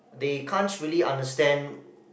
they can't really understand